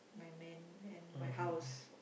my man and my house